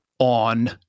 On